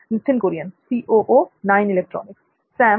Nithin Kurian Sam